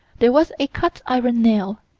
there was a cut-iron nail,